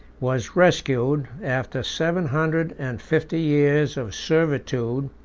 was rescued, after seven hundred and fifty years of servitude,